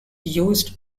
used